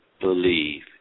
believe